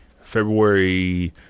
February